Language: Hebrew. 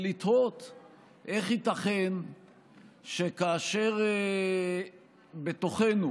איך ייתכן שלמרות שחיים בתוכנו